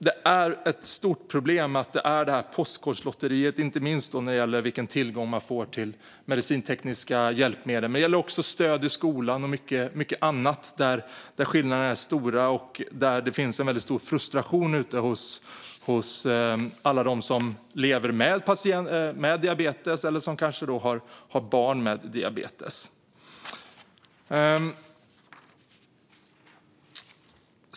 Det är ett stort problem med detta postkodslotteri, inte minst när det gäller vilken tillgång man får till medicintekniska hjälpmedel. Det gäller också stöd i skolan och mycket annat där skillnaderna är stora och där det finns en stor frustration hos alla dem som lever med diabetes eller har barn med diabetes.